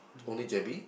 only j_b